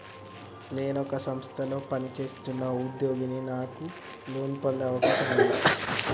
నేను ఒక సంస్థలో పనిచేస్తున్న ఉద్యోగిని నాకు లోను పొందే అవకాశం ఉందా?